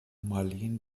marleen